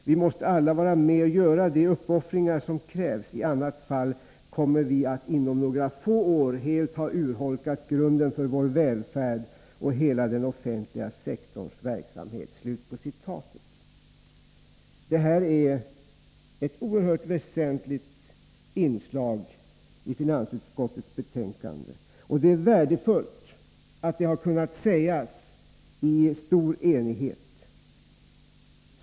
Vi måste alla vara med och göra de uppoffringar som krävs. I annat fall kommer vi att inom några få år helt ha urholkat grunden för vår välfärd och hela den offentliga sektorns verksamhet.” Detta är ett oerhört väsentligt inslag i finansutskottets betänkande, och det är värdefullt att detta har kunnat sägas i stor enighet.